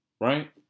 Right